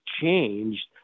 changed